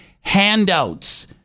handouts